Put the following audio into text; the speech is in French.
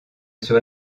sur